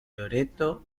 loreto